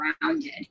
grounded